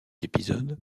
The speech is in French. épisode